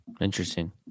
Interesting